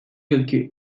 yılki